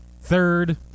third